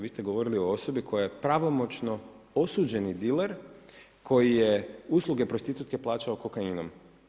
Vi ste govorili o osobi koja je pravomoćno osuđeni diler, koji je usluge prostitutke plaćao kokainom.